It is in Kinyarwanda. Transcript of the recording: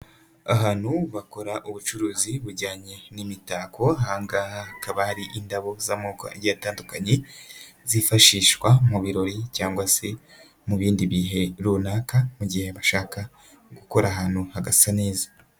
Ahantu bakora ubucuruzi bujyanye n'imitako, ahangaha hakaba hari indabo z'amoko atandukanye zifashishwa mu birori cyangwa se mu bindi bihe runaka mu gihe bashaka gukora ahantu hagasa neza.